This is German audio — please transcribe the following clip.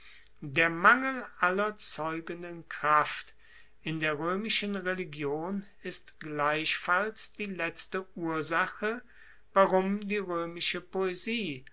der mangel aller zeugenden kraft in der roemischen religion ist gleichfalls die letzte ursache warum die roemische poesie